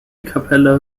kapelle